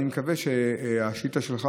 אני מקווה שהשאילתה לך,